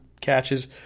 catches